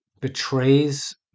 betrays